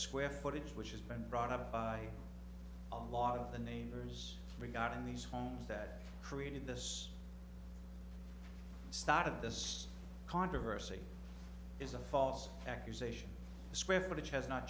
square footage which has been brought up by a lot of the neighbors regarding these homes that created this start of this controversy is a false accusation square footage has not